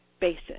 basis